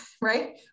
right